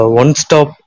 one-stop